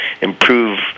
improve